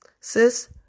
sis